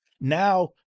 Now